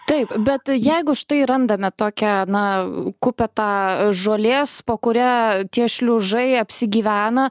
taip bet jeigu štai randame tokią na kupetą žolės po kuria tie šliužai apsigyvena